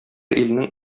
илнең